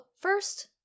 first